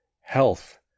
health